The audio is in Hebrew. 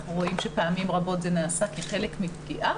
אנחנו רואים שפעמים רבות זה נעשה כחלק מפגיעה,